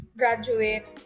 graduate